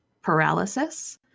paralysis